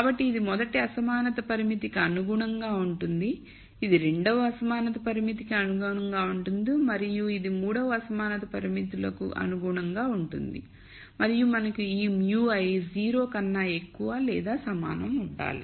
కాబట్టి ఇది మొదటి అసమానత పరిమితికి అనుగుణంగా ఉంటుంది ఇది రెండవ అసమానత పరిమితికి అనుగుణంగా ఉంటుంది మరియు ఇది మూడవ అసమానత పరిమితులకు అనుగుణంగా ఉంటుంది మరియు మనకు ఈ μi 0 కన్నా ఎక్కువ లేదా సమానం ఉండాలి